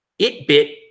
ItBit